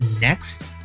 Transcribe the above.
next